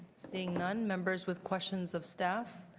seeing none, members with questions of staff,